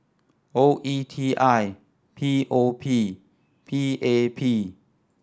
O E T I P O P P A P